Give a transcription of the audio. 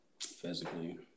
physically